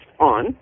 on